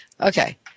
Okay